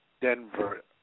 Denver